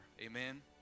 Amen